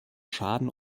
schaden